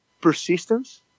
persistence